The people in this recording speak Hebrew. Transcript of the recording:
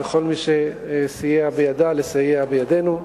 וכל מי שסייע בידה לסייע בידינו.